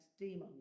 demon